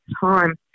time